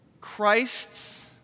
Christ's